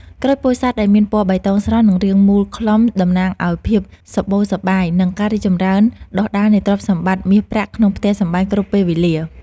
ក្រូចពោធិ៍សាត់ដែលមានពណ៌បៃតងស្រស់និងរាងមូលក្លំតំណាងឱ្យភាពសម្បូរសប្បាយ និង ការរីកចម្រើនដុះដាលនៃទ្រព្យសម្បត្តិមាសប្រាក់ក្នុងផ្ទះសម្បែងគ្រប់ពេលវេលា។